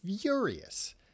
furious